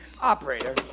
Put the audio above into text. Operator